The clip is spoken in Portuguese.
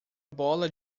bola